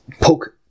poke